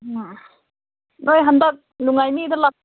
ꯎꯝ ꯅꯣꯏ ꯍꯟꯗꯛ ꯂꯨꯏ ꯉꯥꯏꯅꯤꯗ